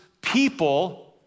people